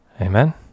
Amen